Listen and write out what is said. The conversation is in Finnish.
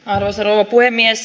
arvoisa rouva puhemies